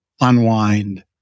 unwind